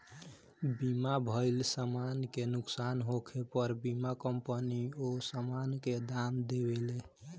बीमा भइल समान के नुकसान होखे पर बीमा कंपनी ओ सामान के दाम देवेले